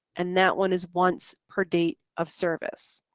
and that one is once per date of service,